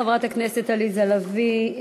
חברת הכנסת עליזה לביא,